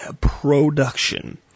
Production